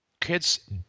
Kids